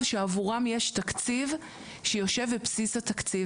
שעבורם יש תקציב שיושב בבסיס התקציב.